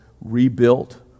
rebuilt